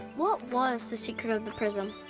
what was the secret of the prism?